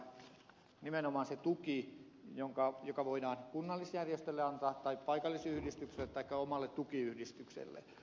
täällä todetaan nimenomaan se tuki joka voidaan kunnallisjärjestölle antaa tai paikallisyhdistykselle taikka omalle tukiyhdistykselle